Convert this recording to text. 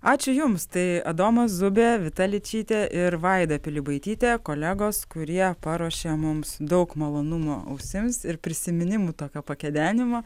ačiū jums tai adomas zubė vita ličytė ir vaida pilibaitytė kolegos kurie paruošė mums daug malonumų ausims ir prisiminimų tokio pakedenimo